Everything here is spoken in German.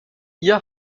ihr